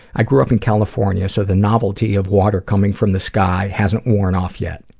i grew up in california, so the novelty of water coming from the sky hasn't worn off yet.